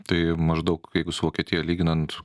tai maždaug jeigu su vokietija lyginant